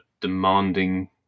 demanding